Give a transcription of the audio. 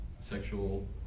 sexual